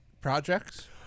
projects